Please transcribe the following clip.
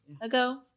ago